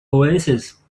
oasis